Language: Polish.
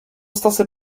stosy